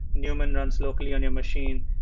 newman runs locally on your machine.